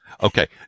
Okay